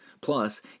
Plus